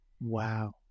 Wow